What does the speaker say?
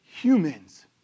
humans